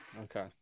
Okay